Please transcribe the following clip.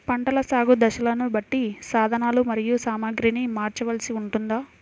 పంటల సాగు దశలను బట్టి సాధనలు మరియు సామాగ్రిని మార్చవలసి ఉంటుందా?